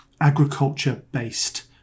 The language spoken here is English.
agriculture-based